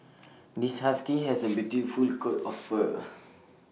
this husky has A beautiful coat of fur